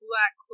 Black